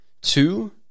Two